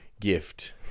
gift